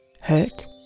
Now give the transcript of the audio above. hurt